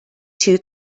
two